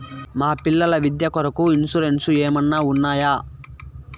మా పిల్లల విద్య కొరకు ఇన్సూరెన్సు ఏమన్నా ఉన్నాయా?